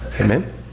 Amen